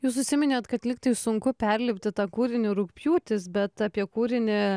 jūs užsiminėt kad lygtais sunku perlipti tą kūrinį rugpjūtis bet apie kūrinį